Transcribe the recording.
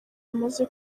bamaze